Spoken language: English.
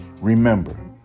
Remember